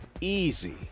easy